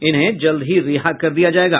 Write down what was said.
इन्हें जल्द ही रिहा कर दिया जायेगा